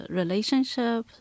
relationship